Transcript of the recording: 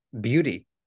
beauty